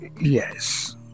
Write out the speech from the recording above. Yes